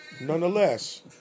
Nonetheless